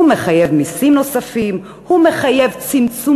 הוא מחייב מסים נוספים והוא מחייב צמצום